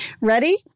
Ready